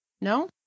No